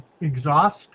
exhaust